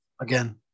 Again